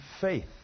faith